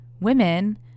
women